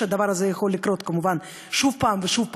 שהדבר הזה כמובן יכול לקרות שוב ושוב ושוב.